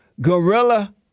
Guerrilla